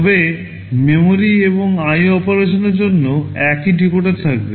তবে মেমরি এবং আইও অপারেশনের জন্য একই ডিকোডার থাকবে